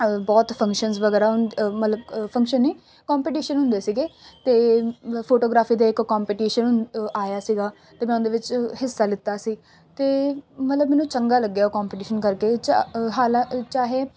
ਬਹੁਤ ਫੰਕਸ਼ਨਸ ਵਗੈਰਾ ਹੁੰ ਮਤਲਬ ਫੰਕਸ਼ਨ ਨਹੀਂ ਕੋਂਪੀਟੀਸ਼ਨ ਹੁੰਦੇ ਸੀਗੇ ਅਤੇ ਫੋਟੋਗ੍ਰਾਫੀ ਦੇ ਇੱਕ ਕੰਪਟੀਸ਼ਨ ਆਇਆ ਸੀਗਾ ਅਤੇ ਮੈਂ ਉਹਦੇ ਵਿੱਚ ਹਿੱਸਾ ਲਿੱਤਾ ਸੀ ਅਤੇ ਮਤਲਬ ਮੈਨੂੰ ਚੰਗਾ ਲੱਗਿਆ ਉਹ ਕੰਪੀਟੀਸ਼ਨ ਕਰਕੇ ਉਹ 'ਚ ਹਾਲਾਂ ਚਾਹੇ